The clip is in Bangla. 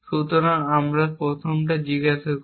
সুতরাং আমরা প্রথম জিনিসটি করি